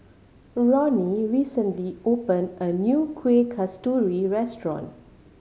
Ronny recently opened a new Kueh Kasturi restaurant